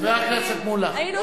חבר הכנסת מולה, היא מסיימת.